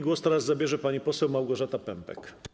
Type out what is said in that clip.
Głos teraz zabierze pani poseł Małgorzata Pępek.